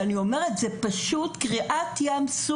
ואני אומרת שלמצוא דרגות שכר לעובדים האלה זאת פשוט קריעת ים סוף,